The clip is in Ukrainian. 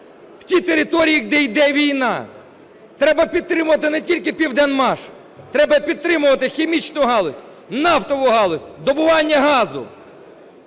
у ті території, де йде війна. Треба підтримати не тільки "Південмаш", треба підтримувати хімічну галузь, нафтову галузь, добування газу.